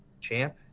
champ